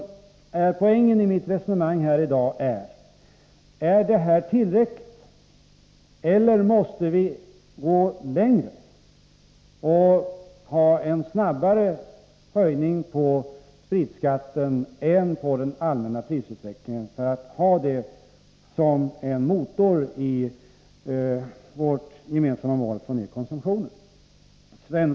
Men poängen i mitt resonemang i dag är: Är detta tillräckligt, eller måste vi gå längre och höja skatten på spriten mer än vad som motsvarar den allmänna prisutvecklingen, i syfte att få en motor i vår gemensamma strävan att få ner konsumtionen?